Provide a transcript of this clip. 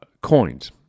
coins